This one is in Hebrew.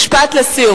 משפט לסיום.